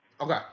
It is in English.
Okay